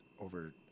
over